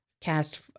cast